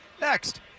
next